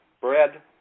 bread